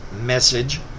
message